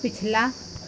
पिछला